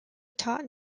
taught